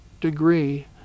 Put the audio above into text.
degree